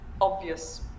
obvious